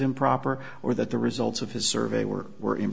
improper or that the results of his survey work were i